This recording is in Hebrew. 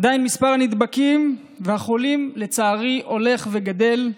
עדיין מספר הנדבקים והחולים, לצערי, הולך וגדל.